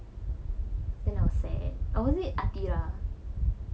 then I was sad oh was it athirah